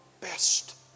best